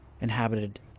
inhabited